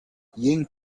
ying